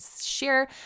share